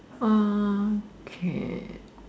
okay